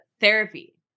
therapy